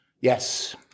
Yes